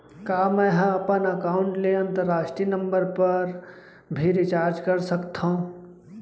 का मै ह अपन एकाउंट ले अंतरराष्ट्रीय नंबर पर भी रिचार्ज कर सकथो